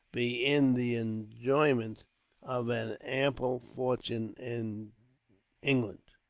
be in the enjoyment of an ample fortune in england.